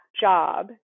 job